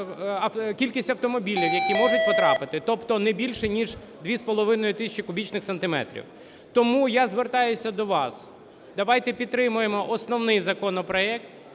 кількість автомобілів, які можуть потрапити, тобто не більш ніж 2,5 тисячі кубічних сантиметрів. Тому я звертаюся до вас, давайте підтримаємо основний законопроект,